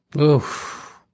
Oof